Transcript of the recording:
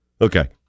Okay